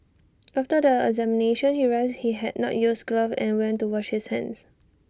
after the examination he realised he had not used gloves and went to wash his hands